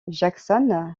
jackson